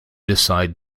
decide